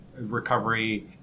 recovery